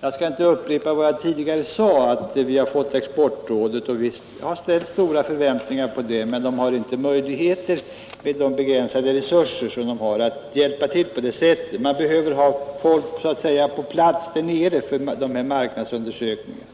Jag skall inte upprepa vad jag tidigare sade. Vi har fått exportrådet, och vi har ställt stora förhoppningar till det, men rådet har inte, med de begränsade resurser det har, möjligheter att hjälpa till på det sätt vi önskar. Man behöver ha folk på plats där nere för att göra marknadsundersökningar.